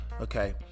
okay